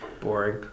Boring